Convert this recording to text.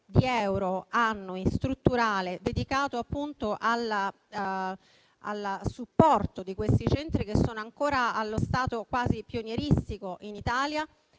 di euro annui dedicato al supporto di questi centri che sono ancora allo stato quasi pionieristico in Italia,